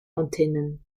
antennen